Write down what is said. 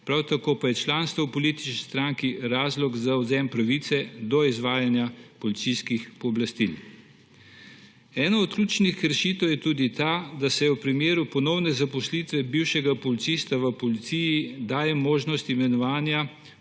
prav tako pa je članstvo v politični stranki razlog za odvzem pravice do izvajanja policijskih pooblastil. Ena od ključnih rešitev je tudi ta, da se v primeru ponovne zaposlitve bivšega policista v policiji daje možnost imenovanja